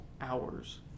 hours